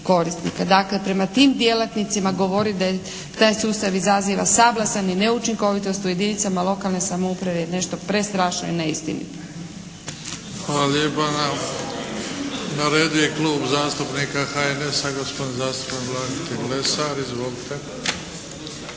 Dakle prema tim djelatnicima govoriti da taj sustav izaziva sablazan i neučinkovitost u jedinicama lokalne samouprave je nešto prestrašno i neistinito. **Bebić, Luka (HDZ)** Hvala lijepa. Na redu je Klub zastupnika HNS-a. Gospodin zastupnik Dragutin Lesar. Izvolite.